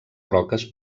roques